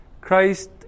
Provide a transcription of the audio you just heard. Christ